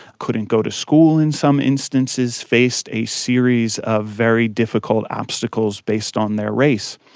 couldn't go to school in some instances, faced a series of very difficult obstacles based on their race.